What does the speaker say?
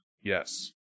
yes